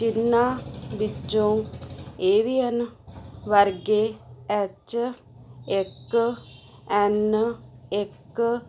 ਜਿਹਨਾਂ ਵਿੱਚੋਂ ਏਵੀਅਨ ਵਰਗੇ ਐੱਚ ਇੱਕ ਐੱਨ ਇੱਕ